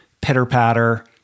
pitter-patter